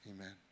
amen